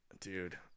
dude